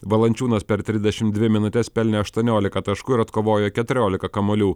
valančiūnas per trisdešimt dvi minutes pelnė aštuoniolika taškų ir atkovojo keturiolika kamuolių